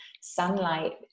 sunlight